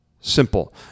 Simple